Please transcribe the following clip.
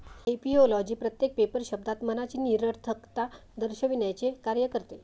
ऍपिओलॉजी प्रत्येक पेपर शब्दात मनाची निरर्थकता दर्शविण्याचे कार्य करते